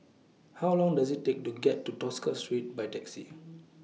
How Long Does IT Take to get to Tosca Street By Taxi